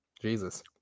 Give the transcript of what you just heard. Jesus